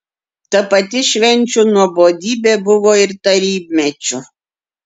ta pati švenčių nuobodybė buvo ir tarybmečiu